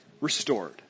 restored